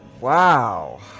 Wow